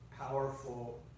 powerful